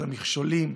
על המכשולים,